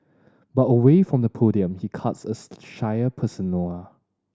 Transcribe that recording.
but away from the podium he cuts a shyer persona